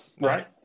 right